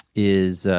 is,